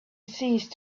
ceased